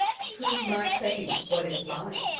to prove my claim to what is mine.